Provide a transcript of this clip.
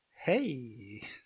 Hey